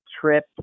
trip